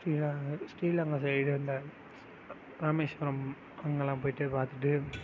ஸ்ரீலங் Sri Lanka side அந்த ராமேஸ்வரம் அங்கலாம் போயிவிட்டு பார்த்துட்டு